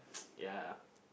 ya